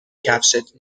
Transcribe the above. کفشت